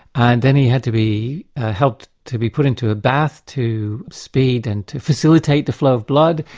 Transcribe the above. and then he had to be helped to be put into a bath to speed and to facilitate the flow of blood,